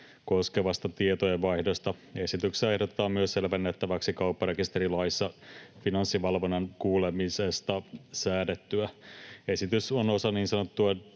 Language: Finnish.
koskevasta tietojenvaihdosta. Esityksessä ehdotetaan myös selvennettäväksi kaupparekisterilaissa Finanssivalvonnan kuulemisesta säädettyä. Esitys on osa niin sanottua